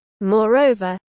Moreover